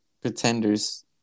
Pretenders